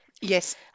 Yes